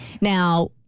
Now